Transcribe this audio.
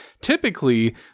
typically